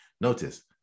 notice